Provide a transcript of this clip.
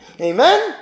Amen